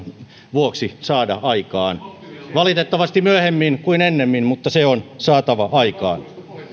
vuoksi saada aikaan valitettavasti myöhemmin kuin ennemmin mutta se on saatava aikaan